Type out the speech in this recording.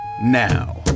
now